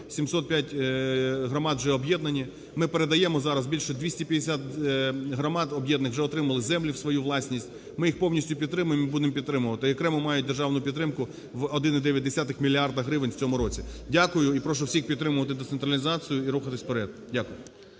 705 громад вже об'єднані, ми передаємо зараз більше… 250 громад об'єднаних вже отримали землю у свою власність. Ми їх повністю підтримуємо і будемо підтримувати. І окремо мають державну підтримку в 1,9 мільярда гривень у цьому році. Дякую. І прошу всіх підтримувати децентралізацію і рухатися вперед. Дякую.